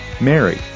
Mary